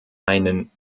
einen